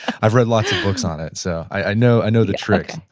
i've read lots of books on it. so, i know i know the tricks.